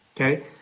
okay